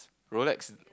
Rolex